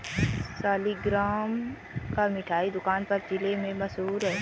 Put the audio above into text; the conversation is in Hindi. सालिगराम का मिठाई दुकान पूरे जिला में मशहूर है